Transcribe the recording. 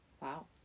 wow